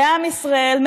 לעם ישראל,